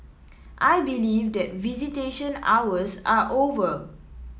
I believe that visitation hours are over